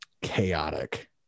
chaotic